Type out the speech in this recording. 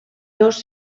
dos